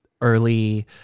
early